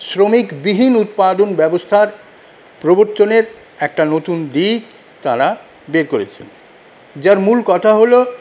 শ্রমিকবিহীন উৎপাদন ব্যবস্থার প্রবর্তনের একটা নতুন দিক তারা বের করেছেন যার মূল কথা হল